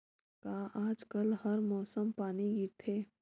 का आज कल हर मौसम पानी गिरथे?